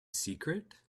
secret